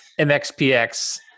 MXPX